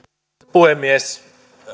puhemies